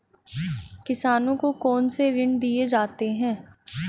किसानों को कौन से ऋण दिए जाते हैं?